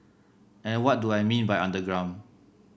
and what do I mean by underground